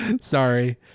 Sorry